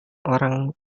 orang